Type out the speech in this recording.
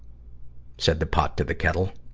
said the pot to the kettle.